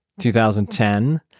2010